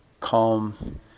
calm